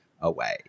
away